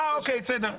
אה, בסדר.